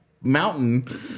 mountain